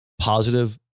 positive